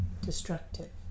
destructive